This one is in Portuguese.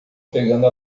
pegando